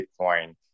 Bitcoin